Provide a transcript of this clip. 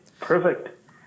perfect